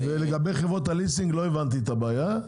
לגבי חברות הליסינג לא הבנתי את הבעיה,